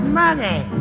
money